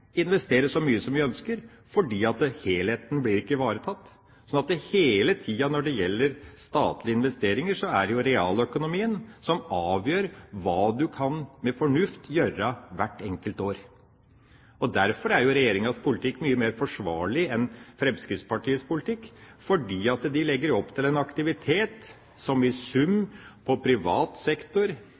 blir ivaretatt. Så hele tida når det gjelder statlige investeringer, er det realøkonomien som avgjør hva du med fornuft kan gjøre hvert enkelt år. Derfor er Regjeringas politikk mye mer forsvarlig enn Fremskrittspartiets politikk, for de legger opp til en aktivitet som i sum, på privat sektor